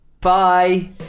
Bye